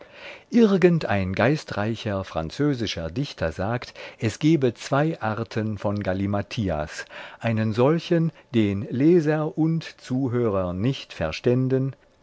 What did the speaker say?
irgendein geistreicher französischer dichter sagt es gebe zwei arten von gallimathias einen solchen den leser und zuhörer nicht verständen